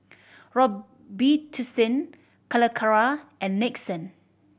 Robitussin Calacara and Nixon